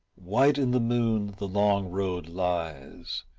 white in the moon the long road lies,